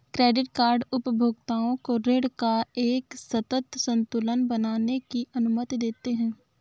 credit card उपभोक्ताओं को ऋण का एक सतत संतुलन बनाने की अनुमति देते हैं